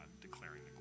declaring